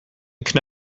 could